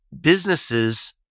businesses